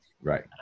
Right